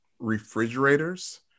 refrigerators